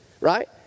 right